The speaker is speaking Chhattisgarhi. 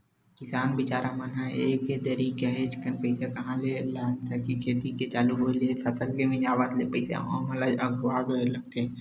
किसान बिचारा मन ह एके दरी काहेच कन पइसा कहाँ ले लाने सकही खेती के चालू होय ले फसल के मिंजावत ले पइसा ओमन ल अघुवाके लगथे